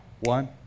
one